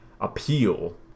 appeal